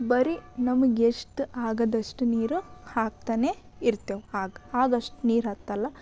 ಬರೀ ನಮ್ಗೆಷ್ಟು ಆದಷ್ಟು ನೀರು ಹಾಕ್ತಾನೇ ಇರ್ತೇವೆ ಆಗ ಆಗಷ್ಟು ನೀರು ಹಾಕೋಲ್ಲ